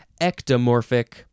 Ectomorphic